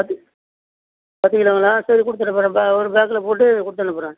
பார்த்தீங்களா மேடம் சரி கொடுத்துடுறேன் மேடம் இப்போ ஒரு பேக்கில் போட்டு கொடுத்து அனுப்புகிறேன்